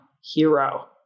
hero